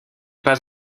pas